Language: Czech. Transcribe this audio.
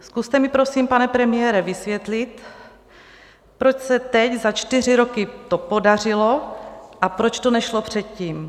Zkuste mi, prosím, pane premiére, vysvětlit, proč se teď za čtyři roky to podařilo a proč to nešlo předtím?